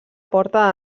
porta